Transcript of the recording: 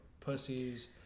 Pussies